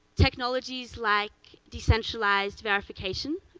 technologies like de-centralized verification,